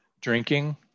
drinking